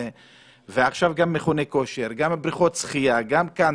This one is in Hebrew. ועכשיו גם את מכוני כושר, בריכות שחייה והקנטרי.